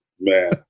Man